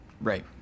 Right